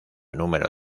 número